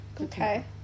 Okay